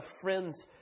friend's